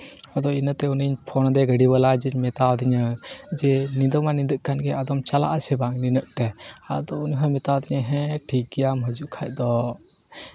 ᱟᱫᱚ ᱤᱱᱟᱹᱛᱮ ᱩᱱᱤᱧ ᱯᱷᱳᱱ ᱟᱫᱮᱭᱟ ᱜᱟᱹᱰᱤ ᱵᱟᱞᱟ ᱡᱮ ᱢᱮᱛᱟ ᱫᱤᱧᱟ ᱡᱮ ᱧᱤᱫᱟᱹ ᱢᱟ ᱧᱤᱫᱟᱹ ᱠᱟᱱᱜᱮ ᱟᱫᱚᱢ ᱪᱟᱞᱟᱜ ᱟᱥᱮ ᱵᱟᱝ ᱱᱤᱱᱟᱹᱜ ᱛᱮ ᱟᱫᱚ ᱩᱱᱤ ᱦᱚᱭ ᱢᱮᱛᱟᱣ ᱫᱤᱧᱟᱭ ᱦᱮᱸ ᱴᱷᱤᱠ ᱜᱮᱭᱟ ᱦᱤᱡᱩᱜ ᱠᱷᱟᱱ ᱫᱚ